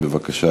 בבקשה,